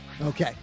Okay